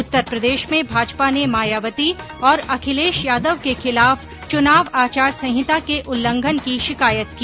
उत्तर प्रदेश में भाजपा ने मायावती और अखिलेश यादव के खिलाफ चुनाव आचार संहिता के उल्लंघन की शिकायत की